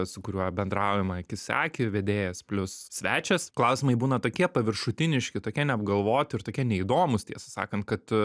su kuriuo bendraujama akis į akį vedėjas plius svečias klausimai būna tokie paviršutiniški tokie neapgalvoti ir tokie neįdomūs tiesą sakant kad